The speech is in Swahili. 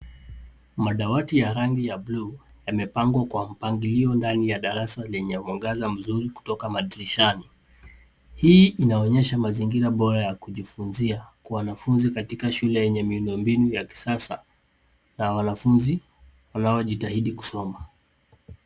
Madawati ya arangi ya buluu yamepangwa kwa mpagilio ndani ya darasa lenye mwangaza mzuri kutoka madirishani. Hii inaonyesha mazingira bora ya kujifunzia kwa wanfunzi katika shule yenye miundo mbinu ya kisasa na wanafunzi wanao jitahidi kusoma.